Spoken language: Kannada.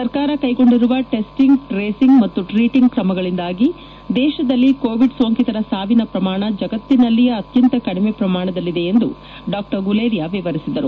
ಸರ್ಕಾರ ಕೈಗೊಂಡಿರುವ ಟೆಸ್ಟಿಂಗ್ ಟ್ರೇಸಿಂಗ್ ಹಾಗೂ ಟ್ರೇಟಿಂಗ್ ಕ್ರಮಗಳಿಂದಾಗಿ ದೇಶದಲ್ಲಿ ಕೋವಿಡ್ ಸೋಂಕಿತರ ಸಾವಿನ ಪ್ರಮಾಣಗಳು ಜಗತ್ತಿನಲ್ಲಿಯೇ ಅತ್ಯಂತ ಕಡಿಮೆ ಪ್ರಮಾಣದಲ್ಲಿವೆ ಎಂದು ಡಾ ಗುಲೇರಿಯಾ ವಿವರಿಸಿದರು